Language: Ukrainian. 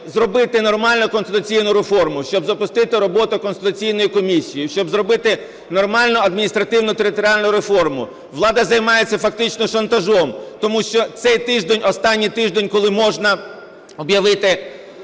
зробити нормальну конституційну реформу, щоб запустити роботу конституційної комісії, щоб зробити нормальну адміністративно-територіальну реформу, влада займається фактично шантажем. Тому що цей тиждень - останній тиждень, коли можна об'явити